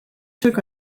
took